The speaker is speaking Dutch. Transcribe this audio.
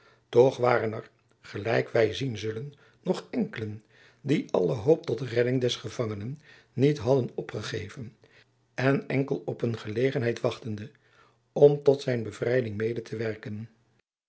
toch waren er gelijk wy zien zullen nog enkelen die alle hoop tot redding des gevangenen niet hadden opgegeven en enkel op een gelegenheid wachteden om tot zijn bevrijding mede te werken